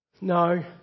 No